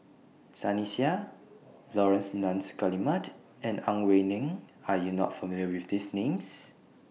Sunny Sia Laurence Nunns Guillemard and Ang Wei Neng Are YOU not familiar with These Names